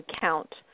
count